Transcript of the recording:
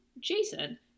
Jason